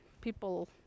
people